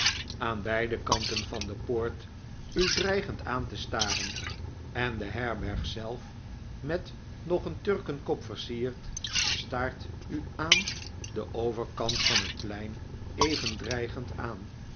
aan beide kanten van de poort u dreigend aan te staren en de herberg zelf met nog een turkenkop versierd staart u aan den overkant van het plein even dreigend aan